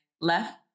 left